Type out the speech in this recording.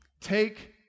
take